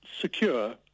secure